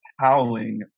howling